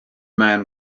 man